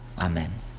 Amen